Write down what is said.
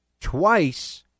twice